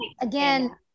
again